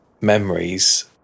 memories